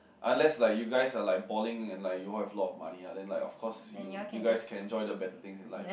unless like you guys are like balling and like you all have a lot of money lah then like of course you you guys can enjoy the better things in life